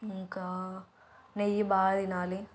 ఇంకా నెయ్యి బాగా తినాలి